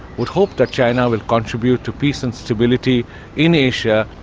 would hope that china will contribute to peace and stability in asia,